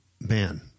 man